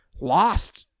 lost